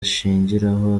ashingiraho